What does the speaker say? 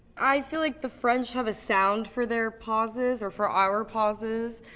i feel like the french have a sound for their pauses, or for our pauses,